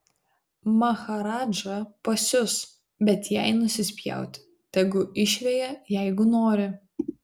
maharadža pasius bet jai nusispjauti tegu išveja jeigu nori